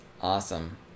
Awesome